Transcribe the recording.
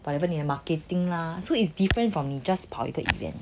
whatever 你的 marketing lah so it's different from just 跑一个 event